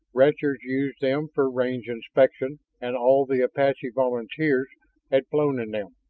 ranchers used them for range inspection, and all of the apache volunteers had flown in them.